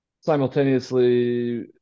simultaneously